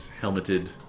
helmeted